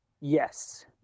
Yes